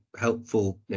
helpful